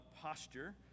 posture